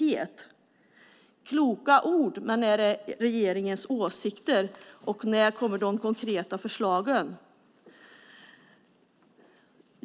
Det är kloka ord, men är det regeringens åsikter? Och när kommer de konkreta förslagen?